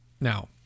Now